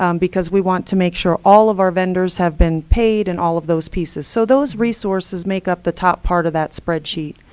um because we want to make sure all of our vendors have been paid and all of those pieces. so those resources make up the top part of that spreadsheet.